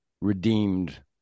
redeemed